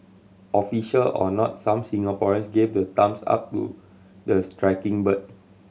official or not some Singaporeans gave the thumbs up to the striking bird